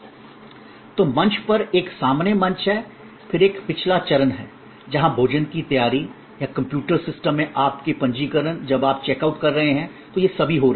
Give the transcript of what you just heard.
तो मंच पर एक सामने मंच है और फिर एक पिछला चरण है जहां भोजन की तैयारी या कंप्यूटर सिस्टम में आपका पंजीकरण जब आप चेक आउट कर रहे हैं तो ये सभी हो रहे हैं